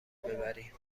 ببری